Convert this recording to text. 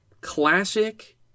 Classic